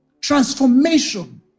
Transformation